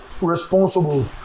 responsible